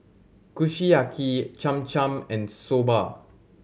Kushiyaki Cham Cham and Soba